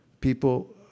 people